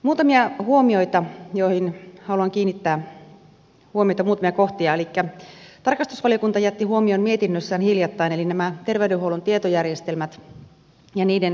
muutamia kohtia joihin haluan kiinnittää huomiota elikkä tarkastusvaliokunta otti huomioon mietinnössään hiljattain nämä terveydenhuollon tietojärjestelmät ja niiden kustannukset